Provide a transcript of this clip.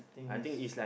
I think is like